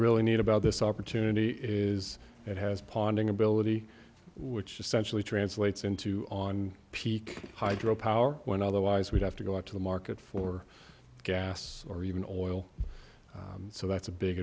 really neat about this opportunity is it has ponding ability which essentially translates into on peak hydro power when otherwise we'd have to go out to the market for gas or even oil so that's a big